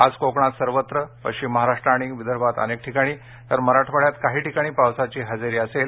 आज कोकणात सर्वत्र पश्चिम महाराष्ट्र आणि विदर्भात अनेक ठिकाणी तर मराठवाड्यात काही ठिकाणी पावसाची हजेरी असेल